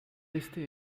este